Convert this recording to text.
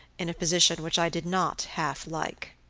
in a position which i did not half like.